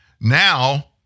Now